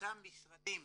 שאותם משרדים